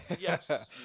Yes